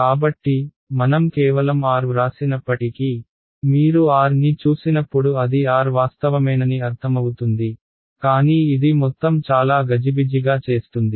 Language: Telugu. కాబట్టి మనం కేవలం r వ్రాసినప్పటికీ మీరు r ని చూసినప్పుడు అది r వాస్తవమేనని అర్థమవుతుంది కానీ ఇది మొత్తం చాలా గజిబిజిగా చేస్తుంది